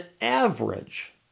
average